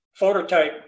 phototype